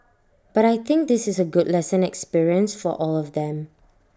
but I think this is A good lesson experience for all of them